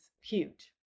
huge